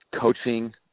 coaching